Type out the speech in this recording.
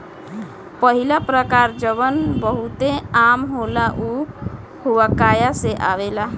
पहिला प्रकार जवन बहुते आम होला उ हुआकाया से आवेला